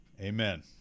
Amen